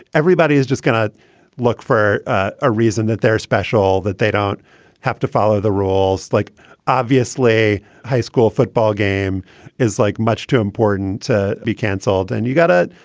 everybody is just going to look for ah a reason that they're special, that they don't have to follow the rules. like obviously, a high school football game is like much too important to be canceled. and you got to,